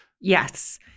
Yes